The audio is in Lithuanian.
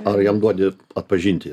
ar jam duodi atpažinti